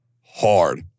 hard